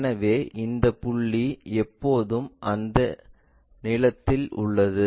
எனவே இந்த புள்ளி எப்போதும் அந்த நிலத்தில் உள்ளது